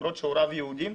למרות שהוריו יהודים,